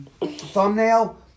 Thumbnail